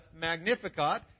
magnificat